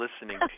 listening